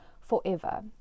forever